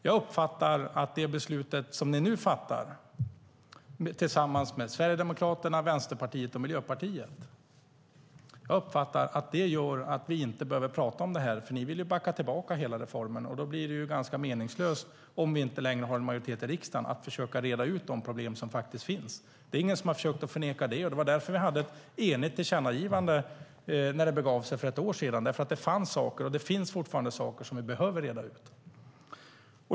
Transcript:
Jag uppfattar att det beslut som ni nu kommer att fatta tillsammans med Sverigedemokraterna, Vänsterpartiet och Miljöpartiet gör att vi inte behöver tala om det. Ni vill backa tillbaka hela reformen. Om vi inte längre har en majoritet i riksdagen blir det ganska meningslöst att försöka reda ut de problem som finns. Det är ingen som har försökt att förneka det. Det var därför vi hade ett enigt tillkännagivande när det begav sig för ett år sedan. Det fanns och finns fortfarande saker som vi behöver reda ut.